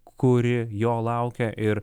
kuri jo laukia ir